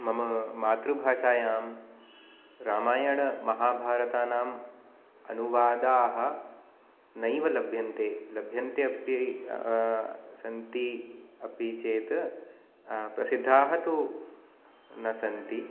मम मातृभाषायां रामायण महाभारतानाम् अनुवादाः नैव लभ्यन्ते लभ्यन्ते अपि सन्ति अपि चेत् प्रसिद्धाः तु न सन्ति